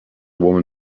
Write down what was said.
woman